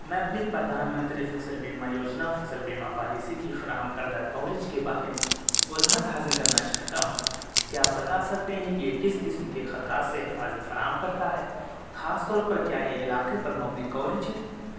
میں اپنی پردھان منتری فصل بیمہ یوجنا فصل بیمہ پالیسی کی فراہم کردہ کوریج کے بارے میں وضاحت حاصل کرنا چاہتا ہوں کیا آپ بتا سکتے ہیں کہ یہ کس قسم کے خطرات سے حفاظت فراہم کرتا ہے خاص طور پر کیا یہ علاقے پر مبنی کوریج ہے